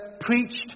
preached